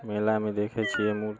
मेलामे देखै छियै